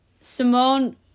Simone